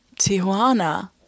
Tijuana